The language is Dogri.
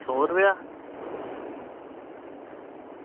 सौ रपेआ